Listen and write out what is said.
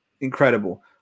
incredible